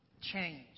Change